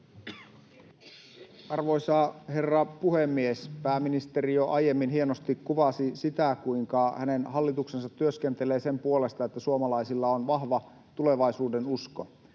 Arvoisa herra puhemies! Pääministeri jo aiemmin hienosti kuvasi sitä, kuinka hänen hallituksensa työskentelee sen puolesta, että suomalaisilla on vahva tulevaisuudenusko.